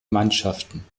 mannschaften